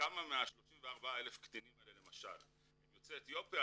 כמה מה-34,000 קטינים האלה למשל הם יוצאי אתיופיה,